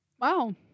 Wow